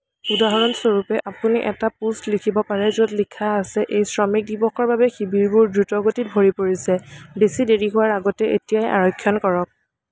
উদাহৰণস্বৰূপে আপুনি এটা পোষ্ট লিখিব পাৰে য'ত লিখা আছে এই শ্ৰমিক দিৱসৰ বাবে শিবিৰবোৰ দ্ৰুতগতিত ভৰি পৰিছে বেছি দেৰি হোৱাৰ আগতেই এতিয়াই আৰক্ষণ কৰক